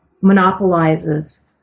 monopolizes